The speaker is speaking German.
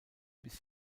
bis